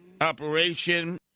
operation